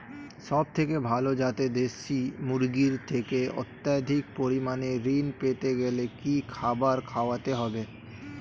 সবথেকে ভালো যাতে দেশি মুরগির থেকে অত্যাধিক পরিমাণে ঋণ পেতে গেলে কি খাবার খাওয়াতে হবে?